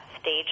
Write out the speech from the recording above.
stage